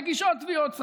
מגישות תביעות סרק.